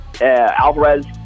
Alvarez